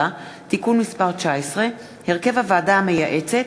(תיקון מס' 19) (הרכב הוועדה המייעצת),